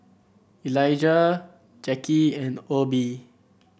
Elizah Jacky and Obe